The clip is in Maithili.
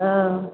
हाँ